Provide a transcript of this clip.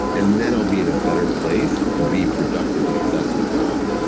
and then i'll be in a better place to be productive and accessible to all